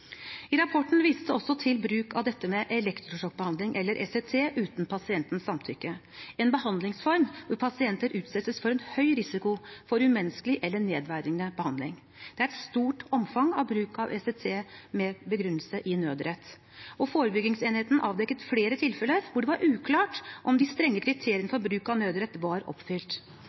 I rapporten vises det til bruk av elektrosjokkbehandling, eller ECT, uten pasientens samtykke – en behandlingsform hvor pasienter utsettes for en høy risiko for umenneskelig eller nedverdigende behandling. Det er et stort omfang av bruk av ECT med begrunnelse i nødrett, og forebyggingsenheten avdekket flere tilfeller hvor det var uklart om de strenge kriteriene for bruk av nødrett var oppfylt.